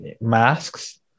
masks